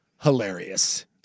hilarious